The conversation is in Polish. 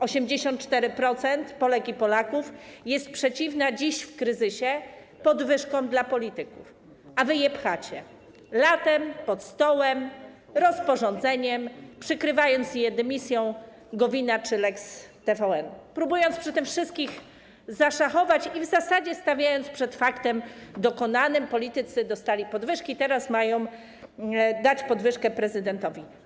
84% Polek i Polaków jest przeciwnych dziś, w kryzysie, podwyżkom dla polityków, a wy je pchacie - latem, pod stołem, rozporządzeniem, przykrywając je dymisją Gowina czy lex TVN, próbując przy tym wszystkich zaszachować i w zasadzie stawiając przed faktem dokonanym: politycy dostali podwyżki, teraz mają dać podwyżkę prezydentowi.